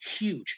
huge